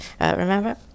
Remember